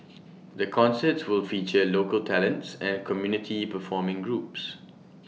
the concerts will feature local talents and community performing groups